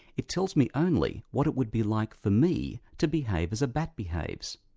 it tells me only what it would be like for me to behave as a bat behaves.